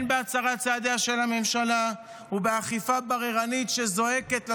הן בהצרת צעדיה של הממשלה והן באכיפה בררנית שזועקת לשמיים.